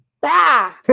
bah